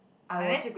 I would